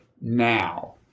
now